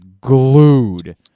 glued